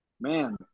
man